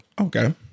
Okay